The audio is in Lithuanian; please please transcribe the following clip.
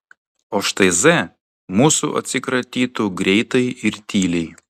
o štai z mūsų atsikratytų greitai ir tyliai